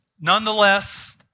nonetheless